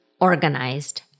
organized